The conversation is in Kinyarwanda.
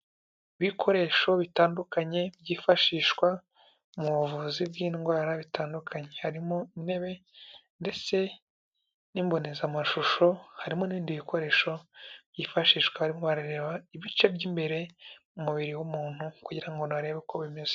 Ibikoresho bitandukanye byifashishwa mu buvuzi bw'indwara bitandukanye harimo intebe ndetse n'imbonezamashusho harimo n' ibindi bikoresho byifashishwa barimo barareba ibice by'imbere mu mubiri w'umuntu kugira ngo barebe uko bimeze .